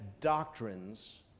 doctrines